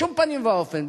בשום פנים ואופן,